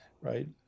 right